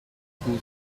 school